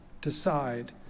decide